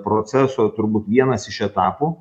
proceso turbūt vienas iš etapų